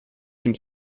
dem